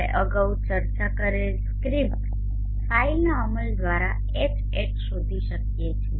આપણે અગાઉ ચર્ચા કરેલ સ્ક્રિપ્ટ ફાઈલના અમલ દ્વારા Hat શોધી શકીએ છીએ